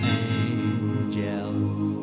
angels